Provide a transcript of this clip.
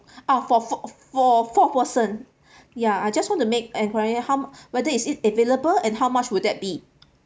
ah for four for four person ya I just want to make inquiry how whether is it available and how much would that be